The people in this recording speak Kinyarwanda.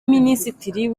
minisitiri